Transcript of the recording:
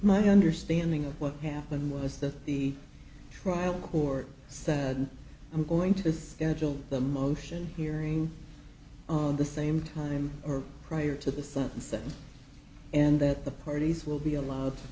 my understanding of what happened was that the trial court said i'm going to schedule the motion hearing on the same time or prior to the sunset and that the parties will be allo